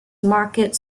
market